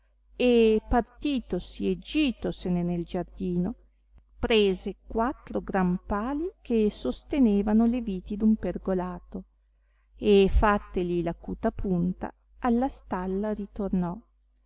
e partitosi e gitosene nel giardino prese quattro gran pali che sostenevano le viti d'un pergolato e fatteli l'acuta punta alla stalla ritornò